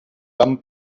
van